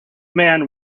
man